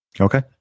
Okay